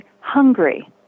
hungry